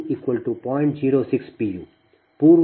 u ಪೂರ್ವ ದೋಷ voltage 1